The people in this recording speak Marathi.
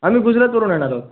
आम्ही गुजरातवरून येणार आहोत